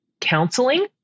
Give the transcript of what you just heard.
counseling